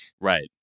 Right